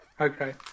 Okay